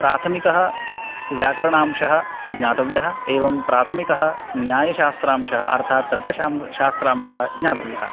प्राथमिकः व्याकरणांशः ज्ञातव्यः एवं प्राथमिकः न्यायशास्त्रांशः अर्थात् तर्क शास्त्रांशः ज्ञातव्यः